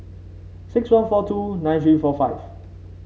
six one four two nine three four five